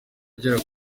agera